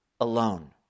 alone